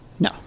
No